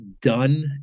done